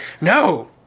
No